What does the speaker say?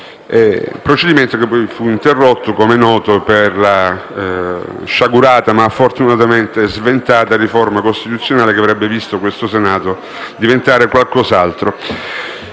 Il procedimento fu interrotto, com'è noto, per la sciagurata, ma fortunatamente sventata riforma costituzionale che avrebbe visto questo Senato diventare qualcos'altro.